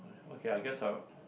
okay I guess I'll